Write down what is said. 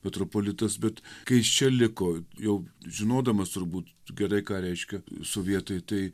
metropolitas bet kai jis iš čia liko jau žinodamas turbūt gerai ką reiškia sovietai tai